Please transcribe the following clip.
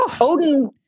Odin